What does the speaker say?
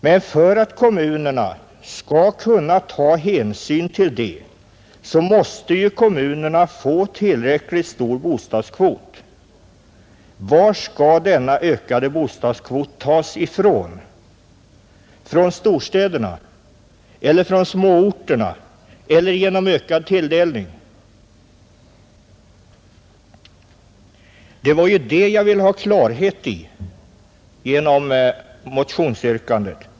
Men för att kommunerna skall kunna ta hänsyn till det så måste ju kommunerna få tillräckligt stor bostadskvot. Var skall denna ökade bostadskvot tas ifrån? Från storstäderna eller från småorterna, eller genom ökad tilldelning? Det var ju det som jag ville ha klarhet i genom motionsyrkandet.